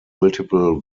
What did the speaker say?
multiple